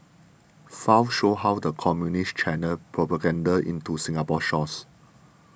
files show how the Communists channelled propaganda into Singapore's shores